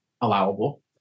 allowable